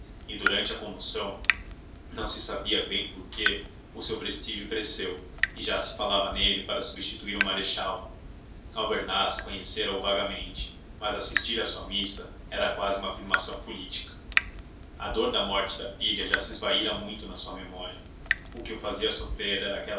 e durante a comoção não se sabia bem por quê o seu prestígio cresceu e já se falava nele para substituir o marechal albernaz conhecera o vagamente mas assistir a sua missa era quase uma afirmação política a dor da morte da filha já se esvaíra muito na sua memória o que o fazia sofrer